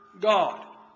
God